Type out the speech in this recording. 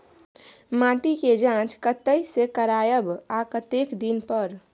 माटी के ज जॉंच कतय से करायब आ कतेक दिन पर?